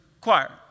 choir